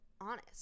honest